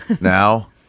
now